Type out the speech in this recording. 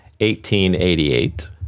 1888